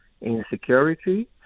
insecurity